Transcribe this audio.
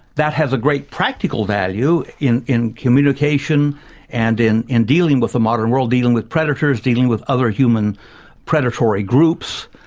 that has a great practical value in in communication and in in dealing with the modern world, dealing with predators, dealing with other human predatory groups.